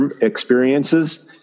experiences